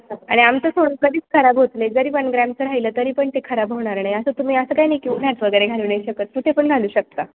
आणि आमचं सोनं कधीच खराब होत नाही जरी वन ग्रामच राहिलं तरी पण ते खराब होणार नाय असं तुम्ही असं काही नाही की उन्हात वगैरे घालू नाही शकत कुठे पण घालू शकता